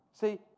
See